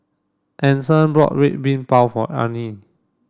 Ason bought Red Bean Bao for Arnie